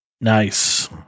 Nice